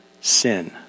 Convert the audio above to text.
sin